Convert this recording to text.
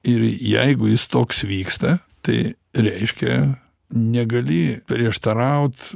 ir jeigu jis toks vyksta tai reiškia negali prieštaraut